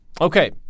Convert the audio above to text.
Okay